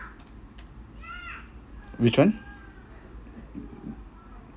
which one